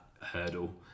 hurdle